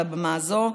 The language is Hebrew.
על הבמה הזו.